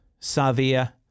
Savia